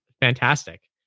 Fantastic